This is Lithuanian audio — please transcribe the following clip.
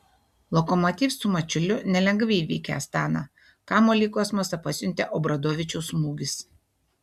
lokomotiv su mačiuliu nelengvai įveikė astaną kamuolį į kosmosą pasiuntė obradovičiaus smūgis